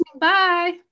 Bye